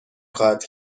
خواهد